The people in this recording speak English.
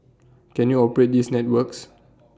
can you operate these networks